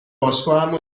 باشگاهمو